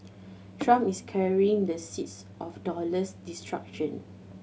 trump is carrying the seeds of dollar's destruction